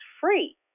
free